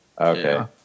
Okay